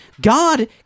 God